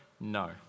No